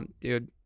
dude